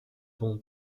bon